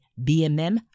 BMM